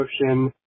Motion